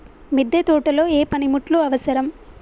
మిద్దె తోటలో ఏ పనిముట్లు అవసరం?